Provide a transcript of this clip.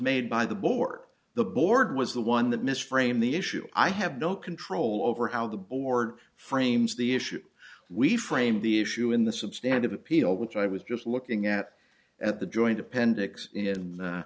made by the board the board was the one that mis framed the issue i have no control over how the board frames the issue we framed the issue in the substandard appeal which i was just looking at at the joint appendix in